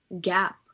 Gap